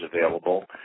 available